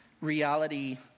reality